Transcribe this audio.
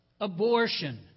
abortion